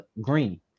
green